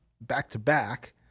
back-to-back